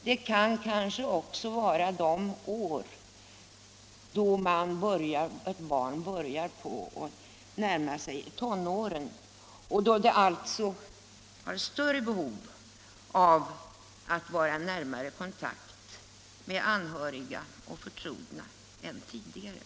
Det kan också vara de år då ett barn börjar närma sig tonåren och alltså har större behov av nära kontakt med anhöriga och förtrogna än tidigare.